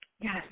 Yes